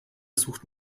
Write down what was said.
sucht